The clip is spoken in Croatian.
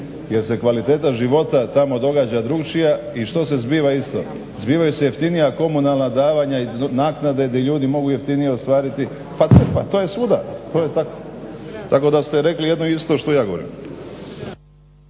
jer se kvaliteta života tamo događa drukčije i što se zbiva isto. Zbivaju se jeftinija komunalna davanja i naknade gdje ljudi mogu jeftinije ostvariti. Pa to je svuda, to je tako, tako da ste rekli jedno te isto što ja govorim.